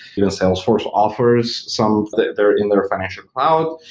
you know salesforce offers some they're in their financial cloud.